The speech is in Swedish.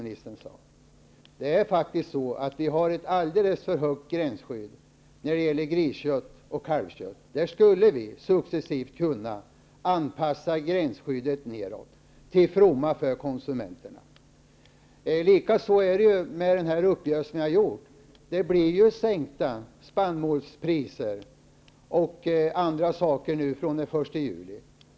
När det gäller gris och kalvkött har vi emellertid ett alldeles för högt gränsskydd, och vi skulle kunna anpassa gränsskyddet successivt nedåt, till fromma för konsumenterna. På samma sätt förhåller det sig med den uppgörelse som har gjorts. Priserna på spannmål och annat blir nu sänkta den 1 juli.